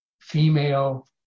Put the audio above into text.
female